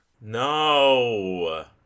No